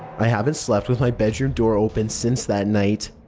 i haven't slept with my bedroom door open since that night.